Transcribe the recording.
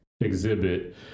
exhibit